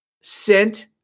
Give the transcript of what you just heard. sent